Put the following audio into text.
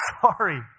sorry